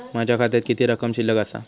माझ्या खात्यात किती रक्कम शिल्लक आसा?